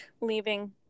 leaving